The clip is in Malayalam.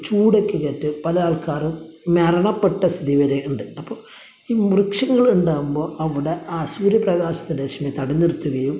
ചൂടൊക്കെ ഏറ്റ് പല ആള്ക്കാരും മരണപ്പെട്ട സ്ഥിതി വരെ ഉണ്ട് അപ്പോൾ ഈ വൃക്ഷങ്ങൾ ഉണ്ടാവുമ്പോൾ അവിടെ ആ സൂര്യ പ്രകാശത്തിൻ്റെ രശ്മി തടഞ്ഞു നിര്ത്തുകയും